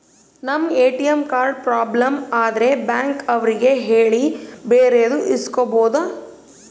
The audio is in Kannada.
ನಮ್ ಎ.ಟಿ.ಎಂ ಕಾರ್ಡ್ ಪ್ರಾಬ್ಲಮ್ ಆದ್ರೆ ಬ್ಯಾಂಕ್ ಅವ್ರಿಗೆ ಹೇಳಿ ಬೇರೆದು ಇಸ್ಕೊಬೋದು